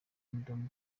kingdom